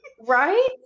Right